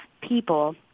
people